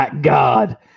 God